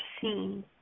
seen